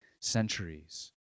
centuries